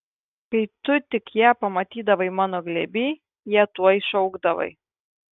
kai tu tik ją pamatydavai mano glėby ją tuoj šaukdavai